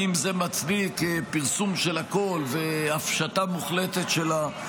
האם זה מצדיק פרסום של הכול והפשטה מוחלטת שלה?